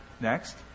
Next